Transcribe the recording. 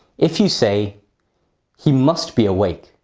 if you say he must be awake.